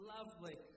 Lovely